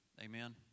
Amen